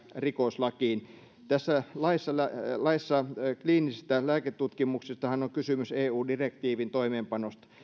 rikoslakiin tässä laissa kliinisistä lääketutkimuksistahan on kysymys eu direktiivin toimeenpanosta